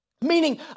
Meaning